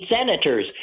senators